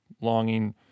longing